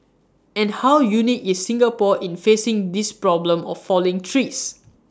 and how unique is Singapore in facing this problem of falling trees